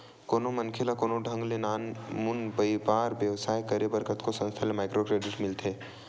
कोनो मनखे ल कोनो ढंग ले नानमुन बइपार बेवसाय करे बर कतको संस्था ले माइक्रो क्रेडिट मिलथे